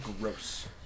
Gross